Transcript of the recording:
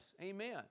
amen